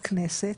כנסת.